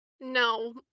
No